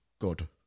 good